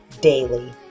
daily